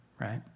right